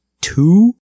two